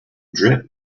drip